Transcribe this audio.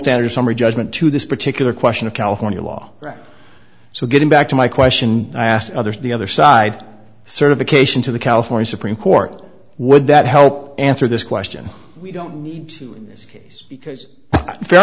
standard summary judgment to this particular question of california law so getting back to my question i asked others the other side certification to the california supreme court would that help answer this question we don't need to this case because fair